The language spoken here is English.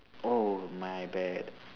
oh my bad